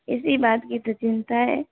इसी बात की तो चिंता है